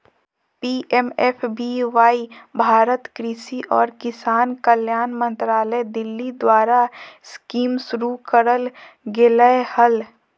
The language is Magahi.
पी.एम.एफ.बी.वाई भारत कृषि और किसान कल्याण मंत्रालय दिल्ली द्वारास्कीमशुरू करल गेलय हल